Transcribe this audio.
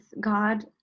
God